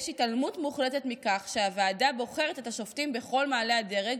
יש התעלמות מוחלטת מכך שהוועדה בוחרת את השופטים בכל מעלה הדרג,